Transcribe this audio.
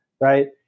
right